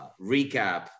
recap